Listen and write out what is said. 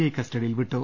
I കസ്റ്റഡിയിൽ വിട്ടു